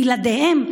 בלעדיהם,